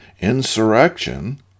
insurrection